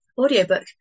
audiobook